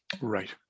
Right